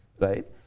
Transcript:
right